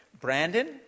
Brandon